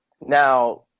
Now